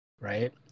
right